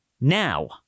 now